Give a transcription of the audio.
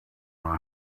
know